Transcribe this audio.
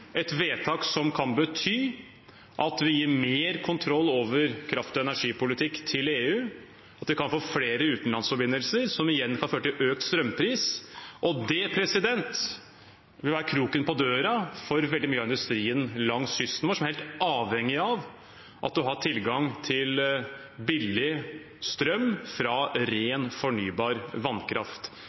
kan bety at vi gir mer kontroll over kraft- og energipolitikk til EU, at vi kan få flere utenlandsforbindelser som igjen kan føre til økt strømpris. Og det vil være kroken på døra for veldig mye av industrien langs kysten vår, som er helt avhengig av at man har tilgang til billig strøm fra ren, fornybar vannkraft.